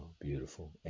Beautiful